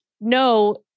no